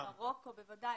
מרוקו, בוודאי.